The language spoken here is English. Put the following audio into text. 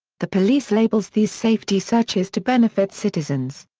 the police labels these safety searches to benefit citizens.